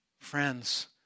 Friends